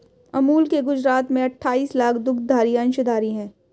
अमूल के गुजरात में अठाईस लाख दुग्धधारी अंशधारी है